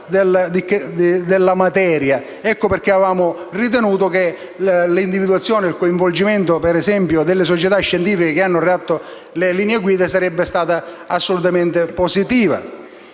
della materia. Ecco perché avevamo ritenuto che l'individuazione e il coinvolgimento, per esempio, delle società scientifiche che hanno redatto le linee guida sarebbe stato assolutamente positivo.